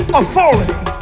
authority